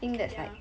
ya